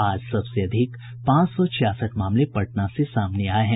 आज सबसे अधिक पांच सौ छियासठ मामले पटना से सामने आये हैं